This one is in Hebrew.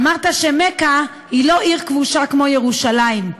אמרת שמכה היא לא עיר כבושה כמו ירושלים,